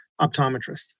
optometrist